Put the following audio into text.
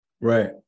Right